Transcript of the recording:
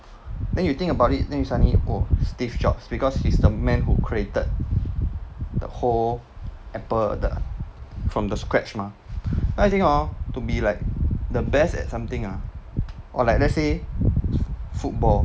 then you think about it then you suddenly oh steve jobs because he's the man who created the whole apple 的 from the scratch mah I think hor to be like the best at something ah or like let's say football